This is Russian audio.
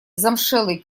замшелой